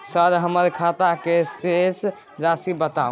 Sir हमर खाता के शेस राशि बताउ?